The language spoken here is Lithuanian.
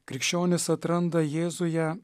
krikščionys atranda jėzuje